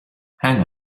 hang